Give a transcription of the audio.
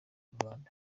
inyarwanda